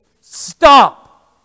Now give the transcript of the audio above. Stop